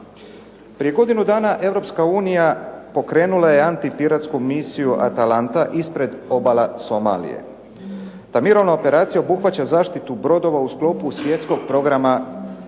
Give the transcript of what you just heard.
Prije godinu dana Europska unija pokrenula je antipiratsku misiju "Atalanta" ispred obala Somalije. Ta mirovna operacija obuhvaća zaštitu brodova u sklopu svjetskog programa za